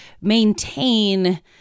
maintain